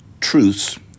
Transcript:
truths